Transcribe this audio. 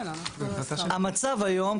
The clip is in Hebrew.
המצב היום,